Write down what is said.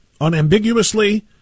unambiguously